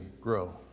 grow